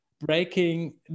breaking